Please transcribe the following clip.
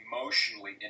emotionally